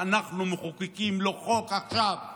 שאנחנו מחוקקים בעבורו עכשיו חוק.